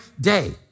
day